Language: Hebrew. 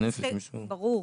ברור.